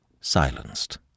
silenced